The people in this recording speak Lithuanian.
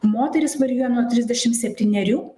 moterys varijuoja nuo trisdešim septynerių